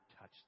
touch